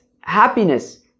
happiness